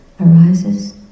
arises